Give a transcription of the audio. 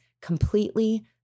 completely